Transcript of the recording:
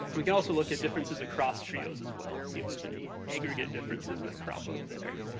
we can also look at differences across trios as well. see if there's any aggregate differences that crop up there.